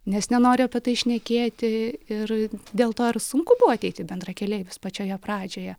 nes nenori apie tai šnekėti ir dėl to ir sunku buvo ateit į bendrakeleivius pačioje pradžioje